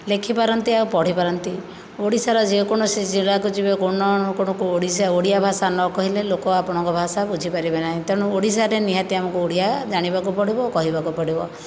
ଲେଖିପାରନ୍ତି ଆଉ ପଢ଼ିପାରନ୍ତି ଓଡ଼ିଶାର ଯେକୌଣସି ଜିଲ୍ଲାକୁ ଯିବେ ଓଡ଼ିଶା ଓଡ଼ିଆ ଭାଷା ନକହିଲେ ଲୋକ ଆପଣଙ୍କ ଭାଷା ବୁଝିପାରିବେ ନାହିଁ ତେଣୁ ଓଡ଼ିଶାରେ ନିହାତି ଆମକୁ ଓଡ଼ିଆ ଜାଣିବାକୁ ପଡ଼ିବ ଆଉ କହିବାକୁ ପଡ଼ିବ